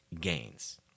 gains